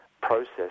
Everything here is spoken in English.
process